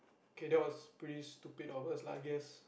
K that was pretty stupid of us lah I guess